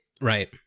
right